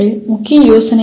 முக்கிய யோசனை என்ன